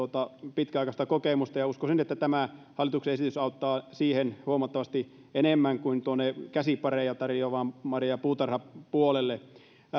pitkäaikaista kokemusta ja uskoisin että tämä hallituksen esitys auttaa siihen huomattavasti enemmän kuin käsiparien tarjoamiseen marja ja puutarhapuolelle